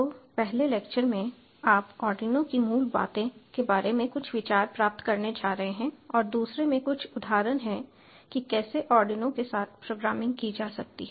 तो पहले लेक्चर में आप आर्डिनो की मूल बातें के बारे में कुछ विचार प्राप्त करने जा रहे हैं और दूसरे में कुछ उदाहरण हैं कि कैसे आर्डिनो के साथ प्रोग्रामिंग की जा सकती है